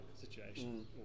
situation